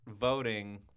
voting